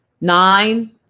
Nine